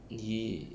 你